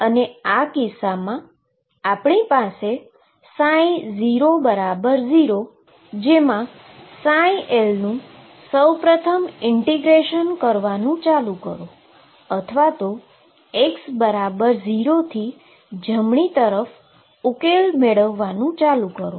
અને આ કિસ્સામાં આપણી પાસે ψ 0 Lસૌ પ્રથમ ઈન્ટીગ્રેશન કરવાનુ ચાલુ કરો અથવા x 0 થી જમણી તરફ ઉકેલ મેળવવાનુ ચાલુ કરો